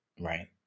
right